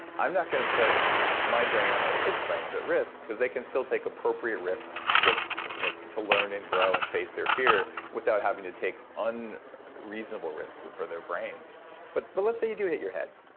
i'm not going to put my brain or my kids' brains at risk because they can still take appropriate risks you know to learn, and grow, and face their fear without having to take and unreasonable risks for their brains but but let's say you do hit your head.